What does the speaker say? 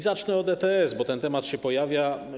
Zacznę od ETS, bo ten temat się pojawia.